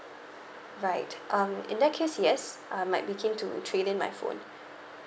right um in that case yes I might be keen to trade in my phone